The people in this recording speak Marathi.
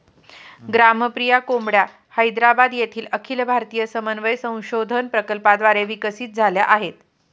ग्रामप्रिया कोंबड्या हैदराबाद येथील अखिल भारतीय समन्वय संशोधन प्रकल्पाद्वारे विकसित झाल्या आहेत